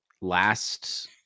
last